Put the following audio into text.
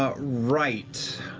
ah right.